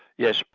yes,